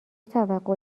توقع